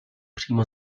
přímo